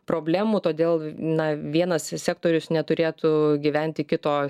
problemų todėl na vienas sektorius neturėtų gyventi kito